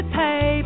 pay